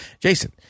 Jason